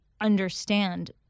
understand